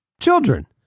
children